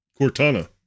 Cortana